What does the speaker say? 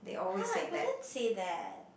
!huh! I wouldn't say that